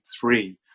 three